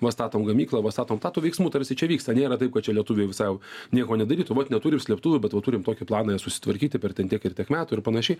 va statom gamyklą va statom tą tų veiksmų tarsi čia vyksta nėra taip kad čia lietuviai visai jau nieko nedarytų vat neturim slėptuvių bet va turim tokį planą ją susitvarkyti per ten tiek ir tiek metų ir panašiai